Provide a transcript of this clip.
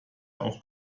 auch